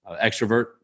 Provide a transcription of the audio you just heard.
extrovert